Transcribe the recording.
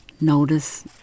notice